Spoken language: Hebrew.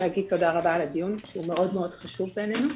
תודה רבה על הדיון, שהוא מאוד חשוב בעינינו.